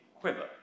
quiver